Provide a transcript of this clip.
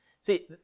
See